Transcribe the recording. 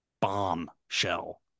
bombshell